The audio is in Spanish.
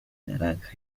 naranja